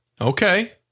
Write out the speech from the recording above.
Okay